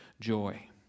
joy